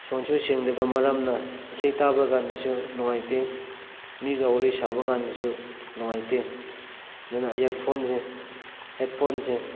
ꯁꯥꯎꯟꯁꯨ ꯁꯦꯡꯗꯕ ꯃꯔꯝꯅ ꯏꯁꯩ ꯇꯥꯕꯀꯥꯟꯗꯁꯨ ꯅꯨꯡꯉꯥꯏꯇꯦ ꯃꯤꯒ ꯋꯥꯔꯤ ꯁꯥꯕꯀꯥꯟꯗꯁꯨ ꯅꯨꯡꯉꯥꯏꯇꯦ ꯑꯗꯨꯅ ꯏꯌꯥꯔꯐꯣꯟꯁꯦ ꯍꯦꯠꯐꯣꯟꯁꯦ